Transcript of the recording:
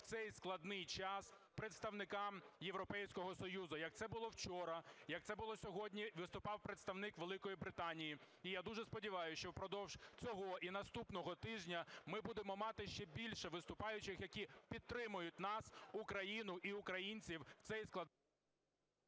в цей складний час представникам Європейського Союзу, як це було вчора, як це було сьогодні, виступав представник Великої Британії. І я дуже сподіваюся, що впродовж цього і наступного тижня ми будемо мати ще більше виступаючих, які підтримують нас, Україну і українців в цей складний…